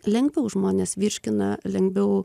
lengviau žmonės virškina lengviau